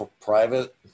private